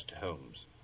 Holmes